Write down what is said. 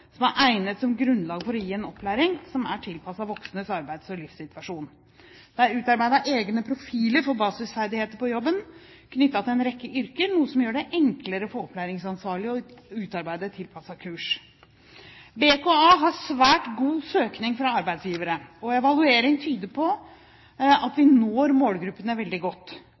gi en opplæring som er tilpasset voksnes arbeids- og livssituasjon. Det er utarbeidet egne profiler for basisferdigheter på jobben knyttet til en rekke yrker, noe som gjør det enklere for opplæringsansvarlige å utarbeide tilpassede kurs. BKA har svært god søkning fra arbeidsgivere, og evaluering tyder på at vi når målgruppene veldig godt.